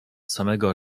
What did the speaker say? samego